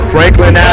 Franklin